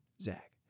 Zach